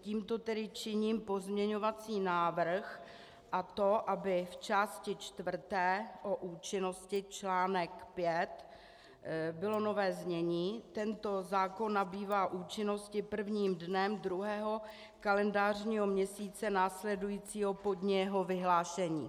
Tímto tedy činím pozměňovací návrh, a to aby v části čtvrté o účinnosti článek 5 bylo nové znění: Tento zákon nabývá účinnosti prvním dnem druhého kalendářního měsíce následujícího po dni jeho vyhlášení.